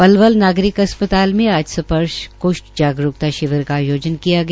पलवल नागरकि अस्पताल में आज स्पर्श क्ष्ठ जागरूक्ता शिविर का आयोजन किया गया